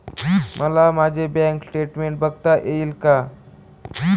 मला माझे bank statement बघता येईल का?